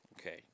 Okay